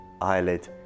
eyelid